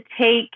take